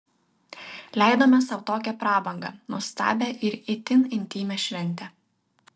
leidome sau tokią prabangą nuostabią ir itin intymią šventę